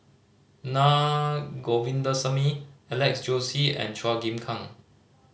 Naa Govindasamy Alex Josey and Chua Chim Kang